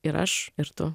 ir aš ir tu